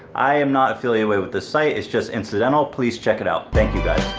i am not affiliated with this site. it's just incidental, please check it out. thank you guys.